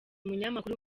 umunyamakuru